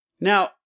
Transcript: Now